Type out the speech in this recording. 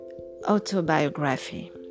autobiography